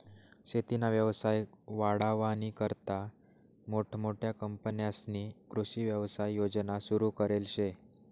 शेतीना व्यवसाय वाढावानीकरता मोठमोठ्या कंपन्यांस्नी कृषी व्यवसाय योजना सुरु करेल शे